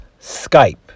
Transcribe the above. Skype